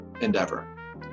endeavor